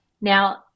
Now